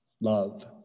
Love